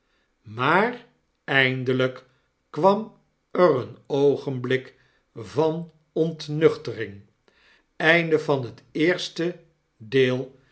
maar eindelijk kwam er een oogenblik van ontnuchtering tom en